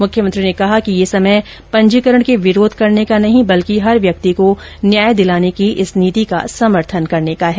मुख्यमंत्री ने कहा कि यह समय पंजीकरण के विरोध करने का नहीं बल्कि हर व्यक्ति को न्याय दिलाने की इस नीति का समर्थन करने का है